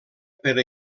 per